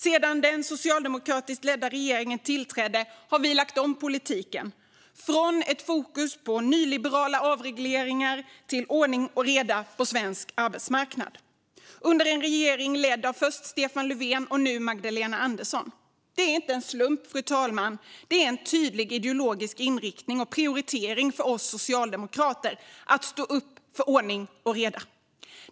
Sedan den socialdemokratiskt ledda regeringen tillträdde har vi lagt om politiken, från ett fokus på nyliberala avregleringar till ordning och reda på svensk arbetsmarknad - under en regering ledd av först Stefan Löfven och nu Magdalena Andersson. Det är inte en slump, fru talman, utan det är en tydlig ideologisk inriktning och prioritering för oss socialdemokrater att stå upp för ordning och reda.